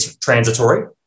transitory